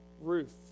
Ruth